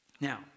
Now